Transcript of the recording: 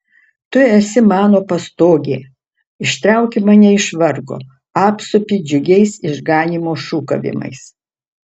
tu esi mano pastogė ištrauki mane iš vargo apsupi džiugiais išganymo šūkavimais